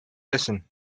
listen